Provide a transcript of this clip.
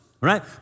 right